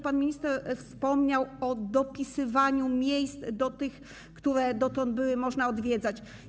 Pan minister wspomniał o dopisywaniu miejsc do tych, które można było dotąd odwiedzać.